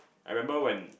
I remember when